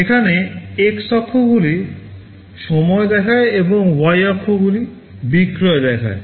এখানে এক্স অক্ষগুলি সময় দেখায় এবং y অক্ষগুলি বিক্রয় দেখায়